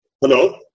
Hello